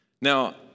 Now